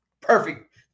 Perfect